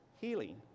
healing